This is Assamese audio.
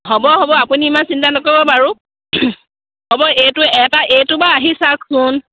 হ'ব হ'ব আপুনি ইমান চিন্তা নকৰিব বাৰু হ'ব এইটো এটা এইটো বা আহি চাওকচোন